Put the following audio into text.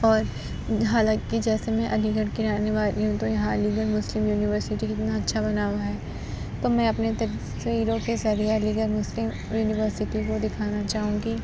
اور حالانکہ جیسے میں علی گڑھ کی رہنے والی ہوں تو یہاں علی گڑھ مسلم یونیورسٹی کتنا اچھا بنا ہوا ہے تو میں اپنے طرف سے علی گڑھ مسلم یونیورسٹی کو دکھانا چاہوں گی